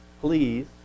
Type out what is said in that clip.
please